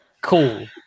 cool